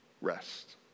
rest